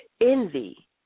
Envy